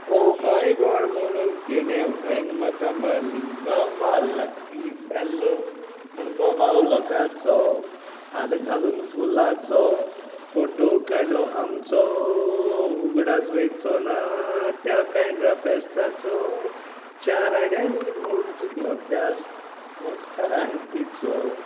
O my god म्हुणून तिणें वेंग म्हाका मारली वा वा लक्की फॅलो म्हूण बोबाव लोकाचो हार घालून फुलाचो फोटो काडलो आमचो उगडास वयचो ना त्या बँड्रा फेस्ताचो चार आण्यांनी मोग जिकलो त्या मोट्या आण्टीचो